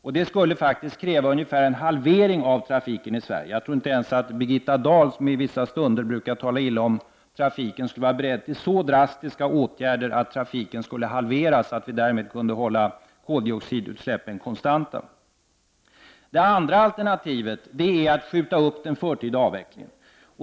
Men det skulle faktiskt kräva en halvering av trafiken i Sverige. Jag tror inte att ens Birgitta Dahl, som i vissa stunder talar illa om trafiken, skulle vara beredd att vidta så drastiska åtgärder att trafiken halverades för att vi skulle hålla koldioxidutsläppen konstanta. Det andra alternativet är att uppskjuta den förtida avvecklingen.